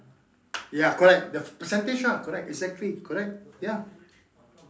ya correct the percentage lah correct exactly correct ya